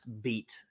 beat